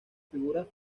figuras